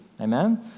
Amen